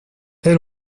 elle